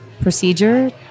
procedure